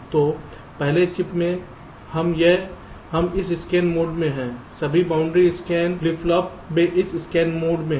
तो पहले चिप में हम इस स्कैन मोड में हैं सभीबाउंड्री स्कैन फ्लिप फ्लॉप वे इस स्कैन मोड में हैं